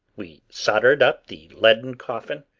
we soldered up the leaden coffin,